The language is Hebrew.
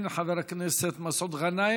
כן, חבר הכנסת מסעוד גנאים.